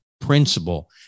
principle